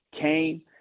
came